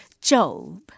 Job